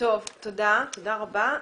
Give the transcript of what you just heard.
תודה רבה.